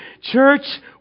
church